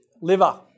liver